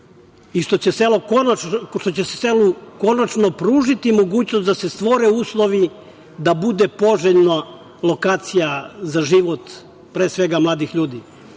i što će se selu konačno pružiti mogućnosti da se stvore uslovi da bude poželjna lokacija za život, pre svega mladih ljudi. Ne